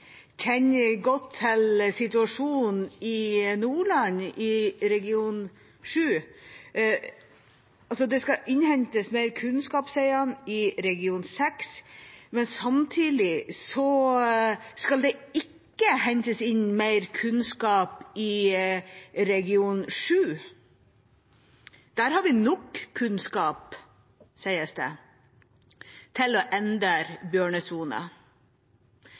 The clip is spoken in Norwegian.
godt til situasjonen i Nordland i region 7. Det skal innhentes mer kunnskap, sier han, i region 6, men samtidig skal det ikke hentes inn mer kunnskap i region 7. Der har vi nok kunnskap, sies det, til å endre